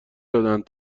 دادهاند